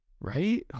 right